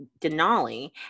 Denali